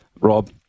Rob